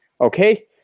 Okay